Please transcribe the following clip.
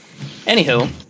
Anywho